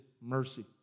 mercy